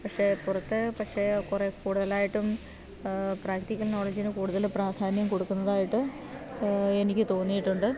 പക്ഷേ പുറത്തെ പക്ഷേ കുറെ കൂടുതലായിട്ടും പ്രാക്ടിക്കൽ നോളേജിന് കൂടുതല് പ്രാധാന്യം കൊടുക്കുന്നതായിട്ട് എനിക്ക് തോന്നിട്ടുണ്ട്